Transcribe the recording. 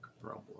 problem